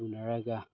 ꯆꯨꯅꯔꯒ